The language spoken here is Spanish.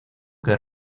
que